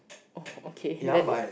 oh okay that